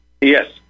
Yes